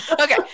okay